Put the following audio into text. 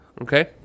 Okay